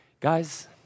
Guys